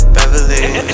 Beverly